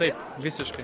taip visiškai